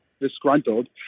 disgruntled